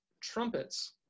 trumpets